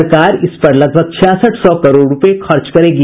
सरकार इस पर लगभग छियासठ सौ करोड़ रूपये खर्च करेगी